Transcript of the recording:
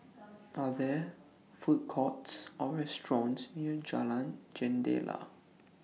Are There Food Courts Or restaurants near Jalan Jendela